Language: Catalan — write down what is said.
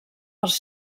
pels